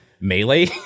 melee